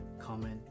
comment